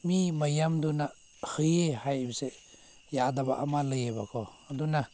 ꯃꯤ ꯃꯌꯥꯝꯗꯨꯅ ꯍꯩꯌꯦ ꯍꯥꯏꯕꯁꯦ ꯌꯥꯗꯕ ꯑꯃ ꯂꯩꯌꯦꯕꯀꯣ ꯑꯗꯨꯅ